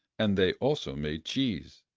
and they also made cheese.